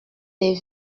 des